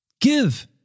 Give